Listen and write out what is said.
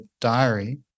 diary